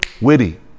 witty